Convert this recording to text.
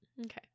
Okay